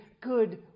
good